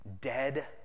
dead